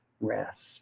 rest